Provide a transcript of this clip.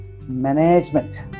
management